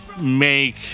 make